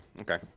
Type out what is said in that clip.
Okay